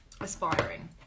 aspiring